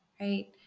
right